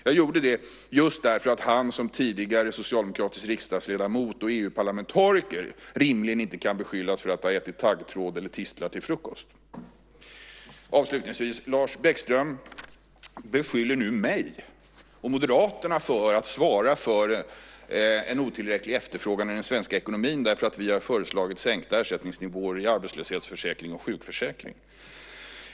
Jag sade det för att han som socialdemokratisk tidigare riksdagsledamot och EU-parlamentariker rimligen inte kan beskyllas för att ha ätit taggtråd eller tistlar till frukost. Lars Bäckström beskyller nu mig och Moderaterna för att svara för en otillräcklig efterfrågan i den svenska ekonomin därför att vi har föreslagit sänkta ersättningsnivåer i arbetslöshetsförsäkring och sjukförsäkring.